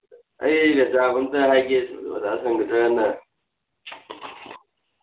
ꯑꯩ ꯖꯒꯥ ꯑꯝꯇ ꯍꯥꯏꯒꯦ ꯑꯣꯖꯥ ꯁꯪꯒꯗ꯭ꯔꯥꯅ